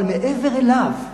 אבל מעבר אליו,